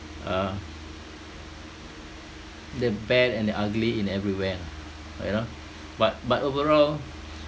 uh the bad and the ugly in everywhere lah you know but but overall